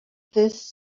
this